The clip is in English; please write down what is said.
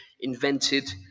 invented